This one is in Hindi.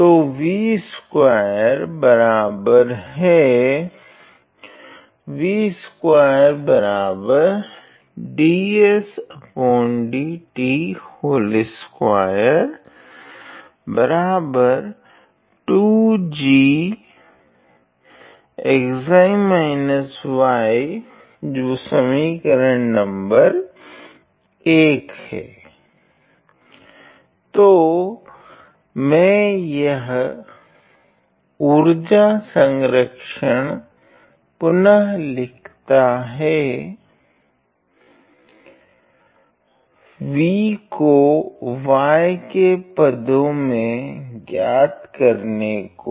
तो v2बराबर है तो मैंने यह उर्जा संरक्षण पुनः लिखा है v को y के पदों में ज्ञात करने को